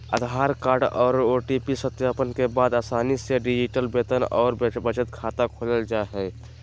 आधार card आर OTP सत्यापन के बाद आसानी से डिजिटल वेतन आर बचत खाता खोलल जा हय